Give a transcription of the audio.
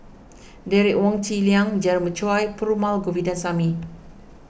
Derek Wong Zi Liang Jeremiah Choy and Perumal Govindaswamy